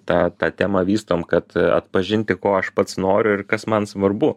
tą ta tema vystom kad pažinti ko aš pats noriu ir kas man svarbu